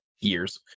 years